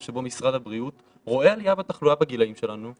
שבו משרד הבריאות רואה עלייה בתחלואה בגילאים שלנו.